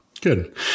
Good